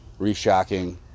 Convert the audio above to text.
reshocking